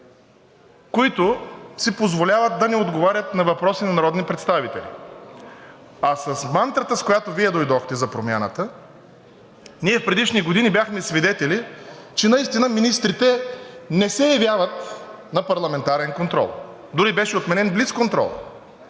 които си позволяват да не отговарят на въпроси на народни представители. А с мантрата, с която Вие дойдохте – за промяната, ние предишни години бяхме свидетели, че наистина министрите не се явяват на парламентарен контрол. Дори беше отменен блицконтролът.